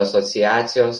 asociacijos